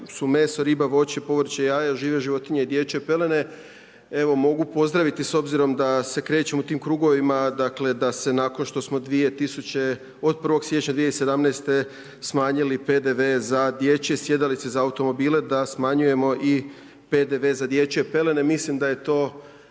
su meso, riba, voće, povrće, jaja, žive životinje i dječje pelene. Evo mogu pozdraviti s obzirom da se krećem u tim krugovima, dakle da se nakon što od 1. siječnja 2017. smanjili PDV za dječje sjedalice za automobile da smanjujemo i PDV za dječje pelene. Mislim da je to